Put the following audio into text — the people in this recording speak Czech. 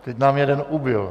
Teď nám jeden ubyl.